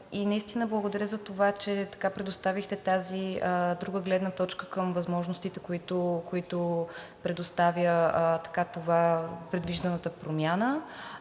и наистина благодаря за това, че предоставихте тази друга гледна точка към възможностите, които предоставя предвижданата промяна.